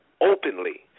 openly